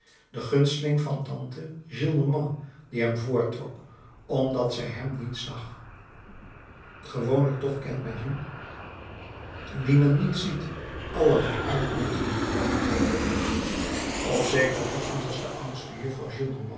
de gunsteling van tante gillenormand die hem voortrok omdat zij hem niet zag gewoonlijk toch kent men hun die men niet ziet allerlei uitmuntende hoedanigheden toe op zekeren ochtend was de oudste juffrouw